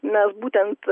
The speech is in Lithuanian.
nes būtent